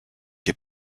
get